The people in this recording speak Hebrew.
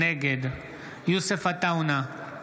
נגד יוסף עטאונה,